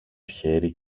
χέρι